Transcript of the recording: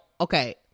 okay